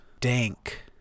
Dank